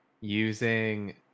using